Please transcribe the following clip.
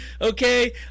okay